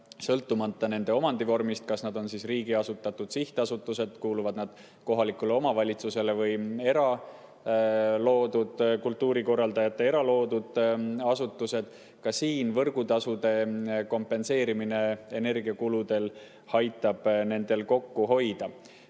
sõltumata nende omandivormist, kas nad on riigi asutatud sihtasutused, kuuluvad nad kohalikule omavalitsusele või on kultuurikorraldajate loodud eraasutused. Ka siin aitab võrgutasude kompenseerimine energiakuludelt kokku hoida.